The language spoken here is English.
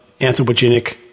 anthropogenic